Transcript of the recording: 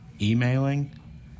emailing